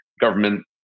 government